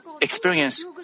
experience